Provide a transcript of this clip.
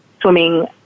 swimming